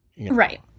right